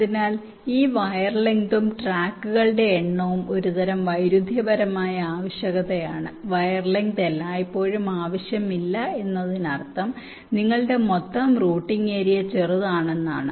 അതിനാൽ ഈ വയർ ലെങ്തും ട്രാക്കുകളുടെ എണ്ണവും ഒരുതരം വൈരുദ്ധ്യപരമായ ആവശ്യകതയാണ് വയർ ലെങ്ത് എല്ലായ്പ്പോഴും ആവശ്യമില്ല എന്നതിനർത്ഥം നിങ്ങളുടെ മൊത്തം റൂട്ടിംഗ് ഏരിയ ചെറുതാണെന്നാണ്